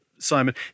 Simon